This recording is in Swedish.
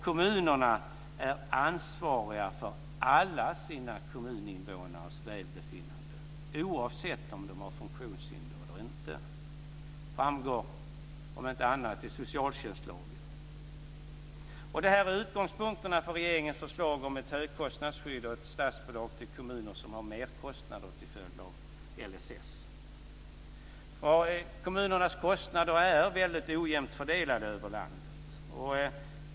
Kommunerna är ansvariga för alla sina kommuninvånares välbefinnande oavsett om de har funktionshinder eller inte. Det framgår om inte annat i socialtjänstlagen. Det är utgångspunkterna för regeringens förslag om ett högkostnadsskydd och ett statsbidrag till kommuner som har merkostnader till följd av LSS. Kommunernas kostnader är väldigt ojämnt fördelade över landet.